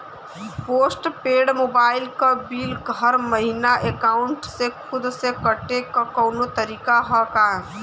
Post paid mobile क bill हर महिना एकाउंट से खुद से कटे क कौनो तरीका ह का?